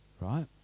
right